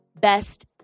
best